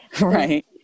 Right